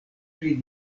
pri